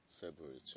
february